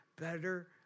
better